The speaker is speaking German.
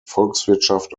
volkswirtschaft